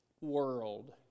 world